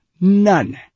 None